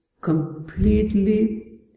completely